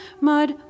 mud